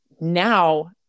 Now